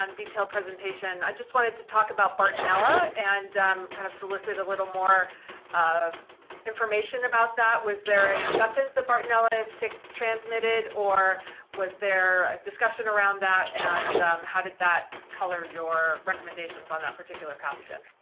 um detailed presentation. i just wanted to talk about bartonella and kind of solicit a little more information about that. was there an acceptance that bartonella ticks transmitted or was there a discussion around that, and how did that color your recommendations on that particular pathogen?